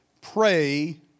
Pray